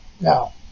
Now